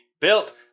built